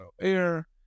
air